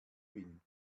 bin